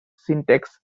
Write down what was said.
syntax